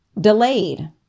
delayed